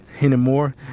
anymore